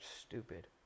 Stupid